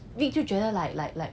vick 就觉得 like like like